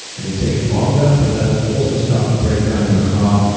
it'll take longer but that'll also start to break down your car,